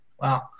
Wow